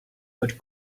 but